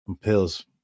pills